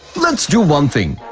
let's do one thing,